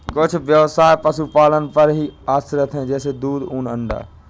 कुछ ब्यवसाय पशुपालन पर ही आश्रित है जैसे दूध, ऊन, अंडा